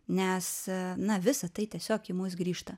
nes na visa tai tiesiog į mus grįžta